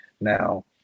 Now